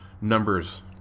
numbers